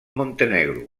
montenegro